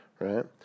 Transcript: right